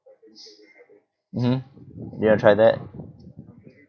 mmhmm you want to try that